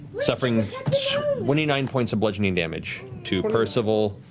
suffering twenty nine points of bludgeoning damage to percival,